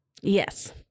Yes